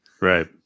Right